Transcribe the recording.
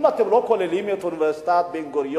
לא כולל בן-גוריון.